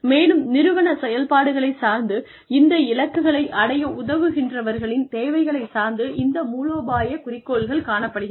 மேலும் நிறுவன செயல்பாடுகளைச் சார்ந்து இந்த இலக்குகளை அடைய உதவுகின்றவர்களின் தேவைகளைச் சார்ந்து இந்த மூலோபாய குறிக்கோள்கள் காணப்படுகிறது